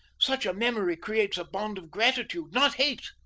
such a memory creates a bond of gratitude, not hate.